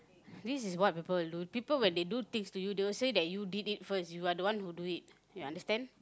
this is what people will do people when they do things to you they will say that you did it first you are the one who did it you understand